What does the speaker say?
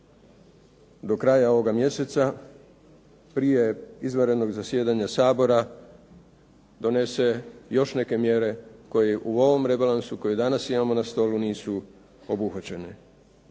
do kraja ovoga mjeseca prije izvanrednog zasjedanja Sabora donese još neke mjere koje u ovom rebalansu koji danas imamo na stolu nisu obuhvaćene.